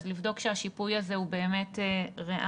אז לבדוק שהשיפוי הזה הוא באמת ריאלי.